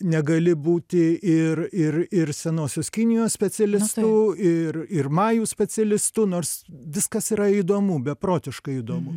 negali būti ir ir ir senosios kinijos specialistu ir ir majų specialistu nors viskas yra įdomu beprotiškai įdomu